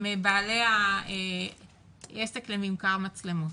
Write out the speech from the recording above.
עם בעלי העסק לממכר מצלמות.